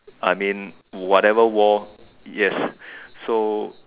I mean whatever war yes so